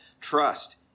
trust